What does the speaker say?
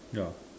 ya